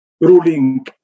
ruling